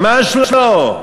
ממש לא.